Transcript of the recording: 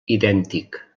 idèntic